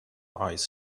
eyes